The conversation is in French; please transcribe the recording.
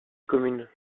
commune